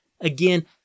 Again